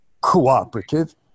cooperative